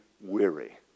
weary